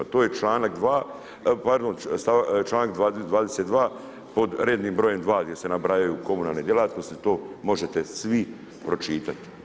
To je članak 22. pod rednim brojem 2 gdje se nabrajaju komunalne djelatnosti, to možete svi pročitati.